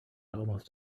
almost